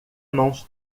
mãos